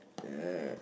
yeah